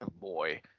boy